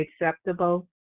acceptable